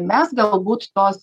mes galbūt tos